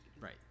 right